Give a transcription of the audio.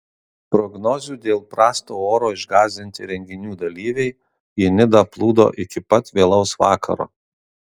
prognozių dėl prasto oro išgąsdinti renginių dalyviai į nidą plūdo iki pat vėlaus vakaro